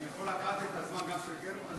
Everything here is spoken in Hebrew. אני יכול לקחת גם את הזמן של גרמן?